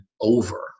over